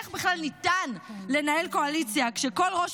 איך בכלל ניתן לנהל קואליציה כשכל ראש